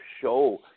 show